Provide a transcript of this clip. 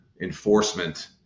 enforcement